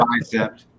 bicep